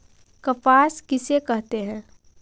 कपास किसे कहते हैं?